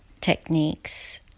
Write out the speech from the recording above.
techniques